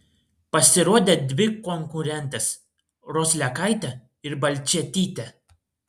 pasirodė dvi konkurentės roslekaitė ir balčėtytė